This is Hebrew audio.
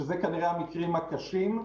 שהם כנראה המקרים הקשים.